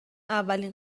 اولین